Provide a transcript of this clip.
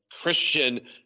Christian